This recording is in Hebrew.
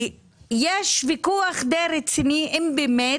יש ויכוח די רציני אם זה באמת,